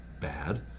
bad